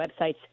websites